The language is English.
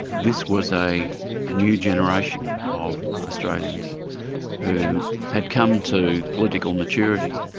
this was a new generation of australians who had come to political maturity,